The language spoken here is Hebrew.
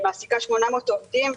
מעסיקה 800 עובדים.